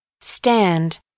Stand